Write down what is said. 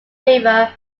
river